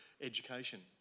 education